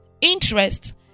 interest